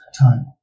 time